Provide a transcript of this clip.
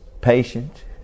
patient